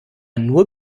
nur